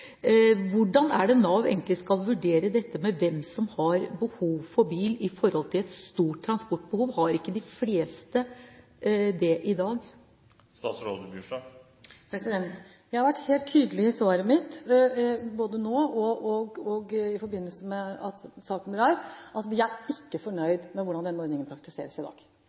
Hvordan skal Nav egentlig vurdere hvem som har behov for bil, dvs. har et stort transportbehov? Har ikke de fleste det i dag? Jeg har vært helt tydelig i svaret mitt, både nå og i forbindelse med saken som er blitt reist, at vi ikke er fornøyd med måten denne ordningen praktiseres på i dag.